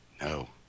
No